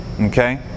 Okay